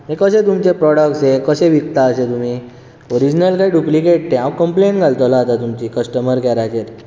हे कशें तुमचे प्रॉडक्टस हे कशें विकता अशे तुमी ओरिजनल रे डुप्लिकेट ते हांव कंम्पलेन घालतलो आतां तुमची कस्टमर कॅराचेर